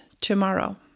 Tomorrow